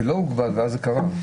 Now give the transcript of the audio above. זה לא הוגבל ואז זה קרה.